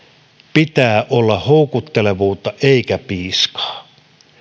pitää olla houkuttelevuutta eikä piiskaa